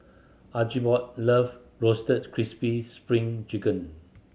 Archibald love Roasted Crispy Spring Chicken